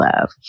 love